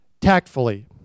tactfully